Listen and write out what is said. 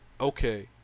okay